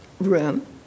room